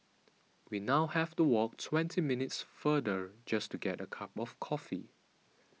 we now have to walk twenty minutes farther just to get a cup of coffee